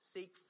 Seek